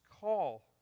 call